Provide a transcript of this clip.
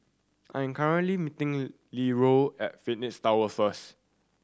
I am meeting Leeroy at Phoenix Tower first